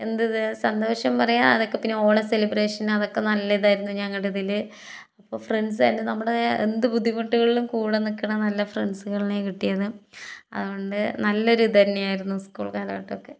എന്ത് ഇത് സന്തോഷം പറയുക അതൊക്കെ പിന്നെ ഓണം സെലിബ്രേഷനതൊക്കെ നല്ലതായിരുന്നു ഞങ്ങളുടെ അതിൽ അപ്പം ഫ്രണ്ട്സായിട്ട് നമ്മുടെ എന്ത് ബുദ്ധിമുട്ടുകളും കൂടെ നിൽക്കുന്ന നല്ല ഫ്രണ്ട്സുകൾ തന്നെയാണ് കിട്ടിയത് അതുകൊണ്ട് നല്ലൊരു ഇത് തന്നെയായിരുന്നു സ്കൂൾ കാലഘട്ടമൊക്കെ